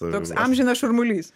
toks amžinas šurmulys